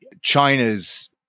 China's